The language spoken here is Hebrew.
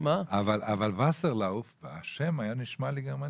אבל השם היה נשמע לי גרמני.